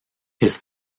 his